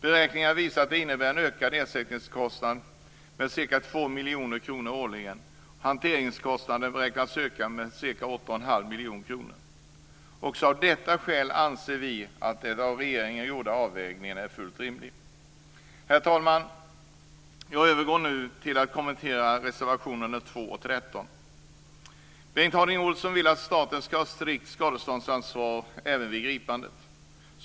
Beräkningar visar att det innebär en ökad ersättningskostnad med ca 2 miljoner kronor årligen och att hanteringskostnaderna beräknas öka med ca 8 1⁄2 miljoner kronor. Också av detta skäl anser vi socialdemokrater att den av regeringen gjorda avvägningen är fullt rimlig. Herr talman! Jag övergår nu till att kommentera reservationerna 2-13. Bengt Harding Olson vill att staten skall ha strikt skadeståndsansvar även vid gripanden.